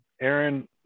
Aaron